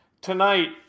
Tonight